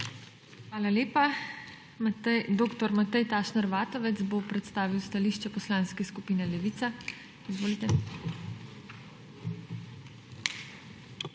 Hvala lepa. Dr. Matej Tašner Vatovec bo predstavil stališče Poslanske skupine Levica. Izvolite.